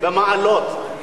במעלות.